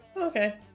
Okay